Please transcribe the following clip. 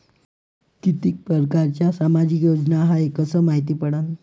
कितीक परकारच्या सामाजिक योजना हाय कस मायती पडन?